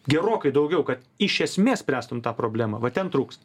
gerokai daugiau kad iš esmė spręstum tą problemą va ten trūksta